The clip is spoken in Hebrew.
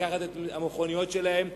לקחת את המכוניות שלהם,